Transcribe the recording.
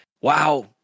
wow